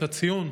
הציון,